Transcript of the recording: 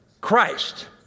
Christ